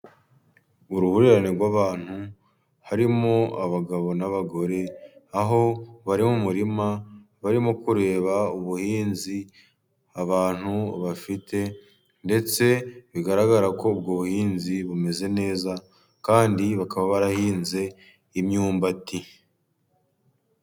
Uruhurirane rw'abantu, harimo abagabo n'abagore, aho bari mu murima barimo kureba ubuhinzi abantu bafite, ndetse bigaragara ko ubwo buhinzi bumeze neza kandi bakaba barahinze imyumbati.